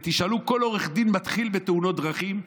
ותשאלו כל עורך דין מתחיל בתאונות דרכים,